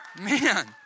man